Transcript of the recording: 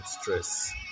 stress